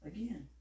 Again